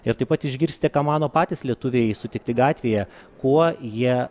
ir taip pat išgirsite ką mano patys lietuviai sutikti gatvėje kuo jie